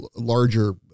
larger